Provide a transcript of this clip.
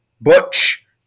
butch